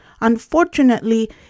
unfortunately